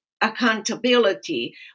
accountability